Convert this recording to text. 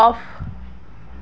off